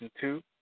two